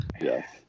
Yes